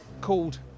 called